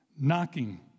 Knocking